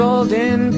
Golden